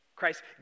Christ